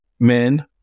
Men